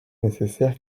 nécessaire